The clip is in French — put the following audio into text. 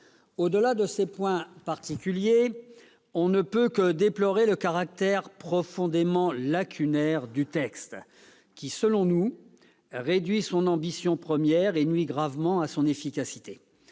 Au-delà de ces points particuliers, on ne peut que déplorer le caractère profondément lacunaire du texte, qui selon nous réduit son ambition première et nuit gravement à son efficacité.